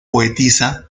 poetisa